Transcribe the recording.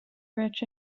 rich